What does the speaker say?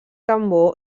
cambó